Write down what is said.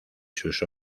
sus